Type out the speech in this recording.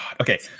Okay